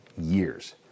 years